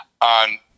on